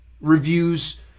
reviews